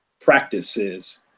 practices